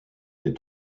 des